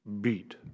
beat